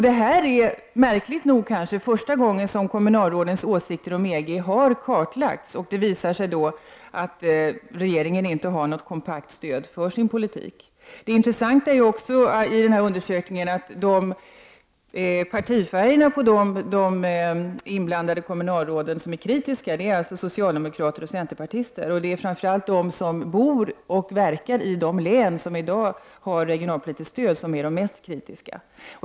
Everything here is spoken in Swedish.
Detta är, märkligt nog, första gången som kommunalrådens åsikter om EG har kartlagts. Det visar sig då att regeringen inte har något kompakt stöd för sin politik. Det är också intressant, när det gäller den här undersökningen, att notera partifärgerna på de inblandade kommunalråd som är kritiska — det är socialdemokrater och centerpartister. Det är framför allt de som bor och verkar i de län som i dag har regionalpolitiskt stöd som är de mest kritiska.